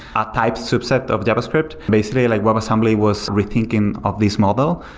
a type subset of javascript. basically, like webassembly was rethinking of this model,